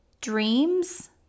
dreams